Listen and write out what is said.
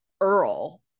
Earl